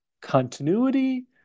continuity